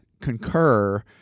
concur